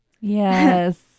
Yes